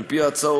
על-פי ההצעה,